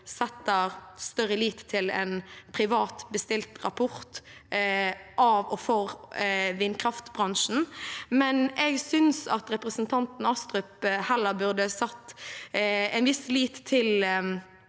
fester stor lit til en privat bestilt rapport av og for vindkraftbransjen, men jeg synes at representanten Astrup heller burde feste en viss lit til